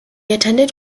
attended